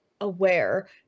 aware